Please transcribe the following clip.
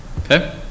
Okay